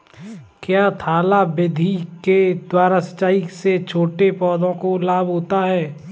क्या थाला विधि के द्वारा सिंचाई से छोटे पौधों को लाभ होता है?